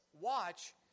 Watch